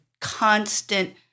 constant